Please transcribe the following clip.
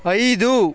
ಐದು